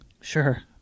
Sure